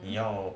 你要